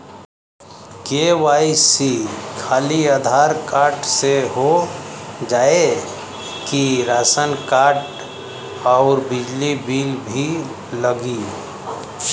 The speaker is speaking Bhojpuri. के.वाइ.सी खाली आधार कार्ड से हो जाए कि राशन कार्ड अउर बिजली बिल भी लगी?